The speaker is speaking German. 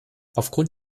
aufgrund